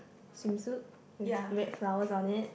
swimsuit with red flowers on it